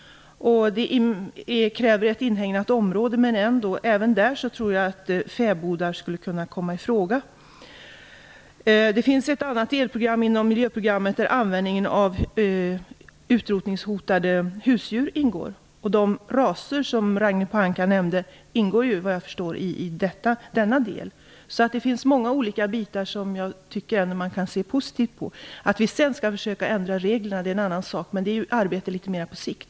Det kräver ett inhägnat område. Men även där tror jag att fäbodar skall kunna komma i fråga. Det finns ett annat delprogram inom miljöprogrammet där användningen av utrotningshotade husdjur ingår. De raser som Ragnhild Pohanka nämnde ingår såvitt jag förstår i denna del. Det finns många olika delar som man ändå kan se positivt på. Att vi sedan skall försöka ändra reglerna är en annan sak. Det är ett arbete litet mer på sikt.